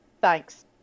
thanks